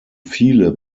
viele